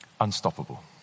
unstoppable